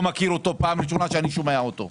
ופעם ראשונה שאני שומע אותו.